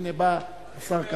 הנה בא השר כחלון,